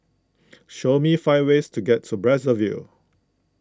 show me five ways to get to Brazzaville